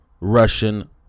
Russian